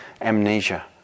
amnesia